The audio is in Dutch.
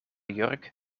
jurk